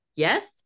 Yes